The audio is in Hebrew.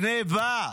גנבה.